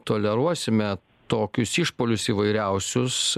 toleruosime tokius išpuolius įvairiausius